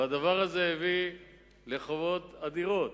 והדבר הזה הביא לחובות אדירים,